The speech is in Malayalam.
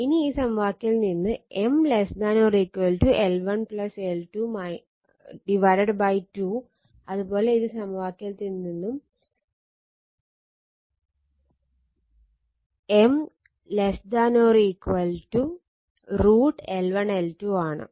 ഇനി ഈ സമവാക്യത്തിൽ നിന്ന് M ≤ L1 L2 2 അത് പോലെ ഈ സമവാക്യത്തിൽ നിന്നും M ≤√ L1 L2 ആണ്